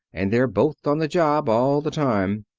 and they're both on the job all the time.